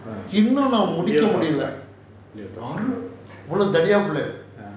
இன்னும் என்னால முடிக்க முடில இவ்ளோ தடி உள்ளது:innum ennala mudika mudila ivlo thadi ullathu